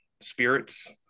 spirits